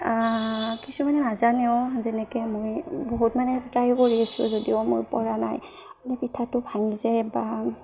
কিছুমানে নাজানেও যেনেকৈ মই বহুত মানে ট্ৰাই কৰি আছোঁ যদিও মোৰ পৰা নাই মানে পিঠাটো ভাঙি যায় বা